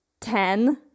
ten